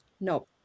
no